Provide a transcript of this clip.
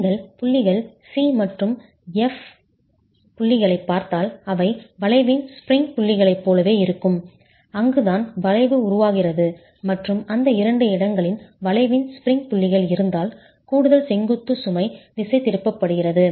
நீங்கள் புள்ளிகள் C மற்றும் F புள்ளிகளைப் பார்த்தால் அவை வளைவின் ஸ்பிரிங் புள்ளிகளைப் போலவே இருக்கும் அங்குதான் வளைவு உருவாகிறது மற்றும் அந்த இரண்டு இடங்களில் வளைவின் ஸ்பிரிங் புள்ளிகள் இருந்தால் கூடுதல் செங்குத்து சுமை திசைதிருப்பப்படுகிறது